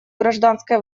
гражданской